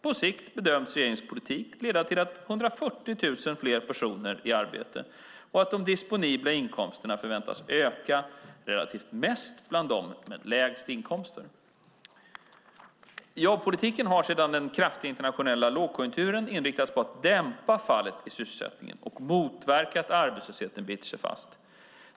På sikt bedöms regeringens politik leda till 140 000 fler personer i arbete och att de disponibla inkomsterna förväntas öka relativt mest bland dem med lägst inkomster. Jobbpolitiken har sedan den kraftiga internationella lågkonjunkturen inriktats på att dämpa fallet i sysselsättningen och motverka att arbetslösheten biter sig fast.